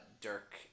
Dirk